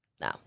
No